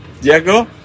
Diego